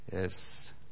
Yes